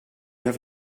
have